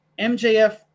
MJF